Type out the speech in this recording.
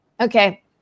Okay